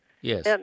Yes